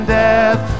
death